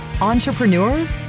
entrepreneurs